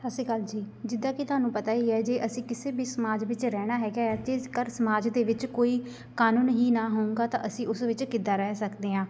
ਸਤਿ ਸ਼੍ਰੀ ਅਕਾਲ ਜੀ ਜਿੱਦਾਂ ਕਿ ਤੁਹਾਨੂੰ ਪਤਾ ਹੀ ਹੈ ਜੇ ਅਸੀਂ ਕਿਸੇ ਵੀ ਸਮਾਜ ਵਿੱਚ ਰਹਿਣਾ ਹੈਗਾ ਹੈ ਜੇਕਰ ਸਮਾਜ ਦੇ ਵਿੱਚ ਕੋਈ ਕਾਨੂੰਨ ਹੀ ਨਾ ਹੋਊਗਾ ਤਾਂ ਅਸੀਂ ਉਸ ਵਿੱਚ ਕਿੱਦਾਂ ਰਹਿ ਸਕਦੇ ਹਾਂ